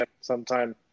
sometime